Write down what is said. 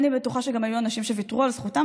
אני בטוחה שגם היו אנשים שוויתרו על זכותם.